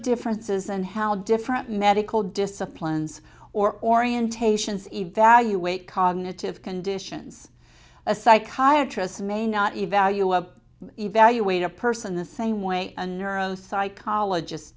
differences in how different medical disciplines or orientations evaluate cognitive conditions a psychiatry s may not evaluate evaluate a person the same way a neuro psychologist